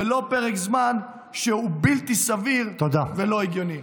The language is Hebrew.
ולא פרק זמן שהוא בלתי סביר ולא הגיוני.